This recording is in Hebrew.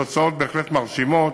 התוצאות בהחלט מרשימות,